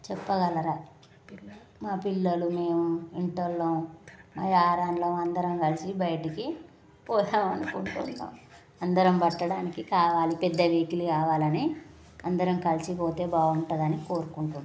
చెప్పగలరా మా పిల్లలు మేము ఇంటిలో వాళ్ళం యారాళ్ళము అందరం కలసి బయటికి పోదామని అనుకుంటున్నాము అందరం పట్టడానికి కావాలి పెద్దది వెహికల్ కావాలని అందరం కలసి పోతే బాగుంటుందని కోరుకుంటున్నాము